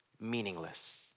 Meaningless